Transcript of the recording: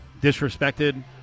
disrespected